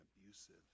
abusive